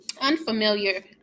unfamiliar